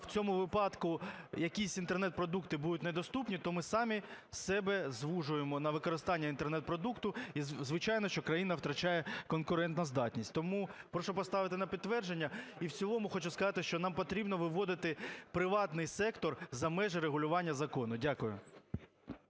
в цьому випадку якісь інтернет-продукти будуть недоступні, то ми самі себе звужуємо на використання інтернет-продукту, і, звичайно, що країна втрачає конкурентоздатність. Тому прошу поставити на підтвердження. І в цілому хочу сказати, що нам потрібно виводити приватний сектор за межі регулювання закону. Дякую.